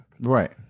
right